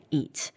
eat